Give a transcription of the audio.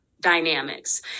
dynamics